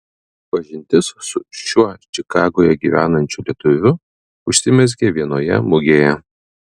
pažintis su šiuo čikagoje gyvenančiu lietuviu užsimezgė vienoje mugėje